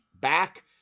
back